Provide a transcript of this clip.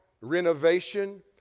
renovation